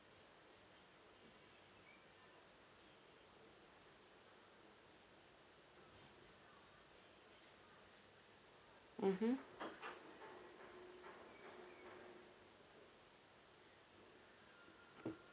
mmhmm